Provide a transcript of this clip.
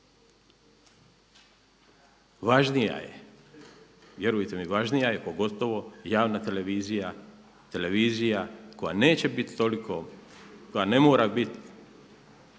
važnija je, vjerujte mi važnija je pogotovo javna televizija, televizija koja neće biti toliko, koja ne mora bit